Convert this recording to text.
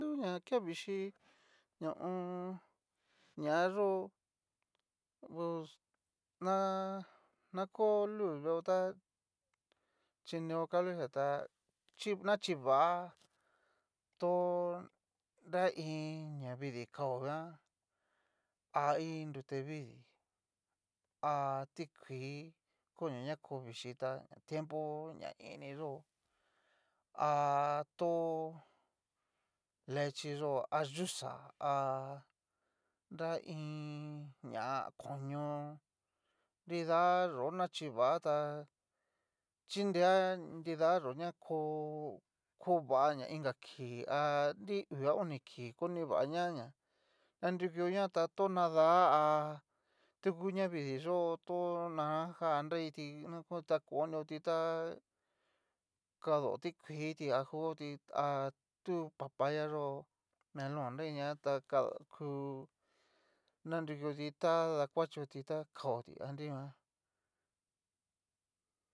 Du ña ke vichíi ho o on. ña yó, do na ko luz véeo tá chineo cable xia tá chi nachiváa, to nra iin ñavidii kao nguan ha iin nrute vidii, ha ti kuii kono na ko vichíta tiempo ña ini yó ha to lechí yó a yuxa ha nra iin, ña konio nrida yó nachiva tá chinrea nida yó na kó, ko va ña iin ka kii ha nri uu a oni kii konivañaña, nanrukioña ta a tonada ha tangu ñavidii yó ho naranja a na kiti nguti konio ti ta kadao tikuiiti a jugo ti a tu papayó melon nriguan ta kadao ku nanrukioti ta dakuachoti ta kaoti a nriguan.